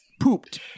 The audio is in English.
pooped